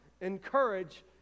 encourage